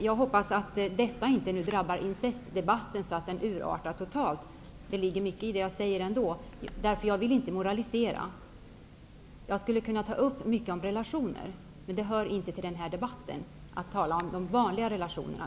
Jag hoppas att detta inte drabbar incestdebatten, så att den totalt urartar. Det ligger mycket i det jag säger ändå. Jag vill inte moralisera. Men jag skulle kunna säga mycket om relationer. Det hör dock inte hemma i den här debatten att tala om de vanliga relationerna.